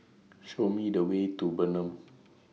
Show Me The Way to Bernam